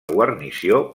guarnició